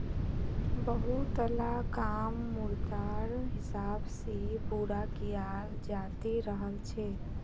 बहुतला काम मुद्रार हिसाब से पूरा कियाल जाते रहल छे